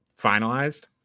finalized